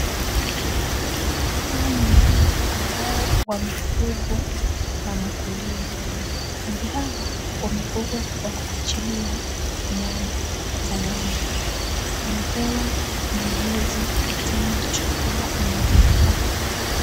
Hawa ni ng'ombe ambao wamefugwa na mkulima. Ng'ombe hawa wamefugwa kwa ajili ya nyama, kupata nyama. Wanapewa malezi na tena chakula inavyofaa.